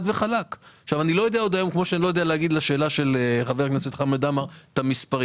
אני לא יודע להגיד את המספרים,